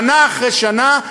שנה אחרי שנה,